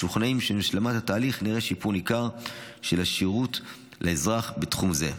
משוכנעים שבהשלמת התהליך נראה שיפור ניכר של השירות לאזרח בתחום זה.